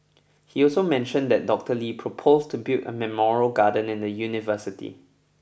he also mentioned that Doctor Lee proposed to build a memorial garden in the university